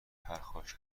پرخاش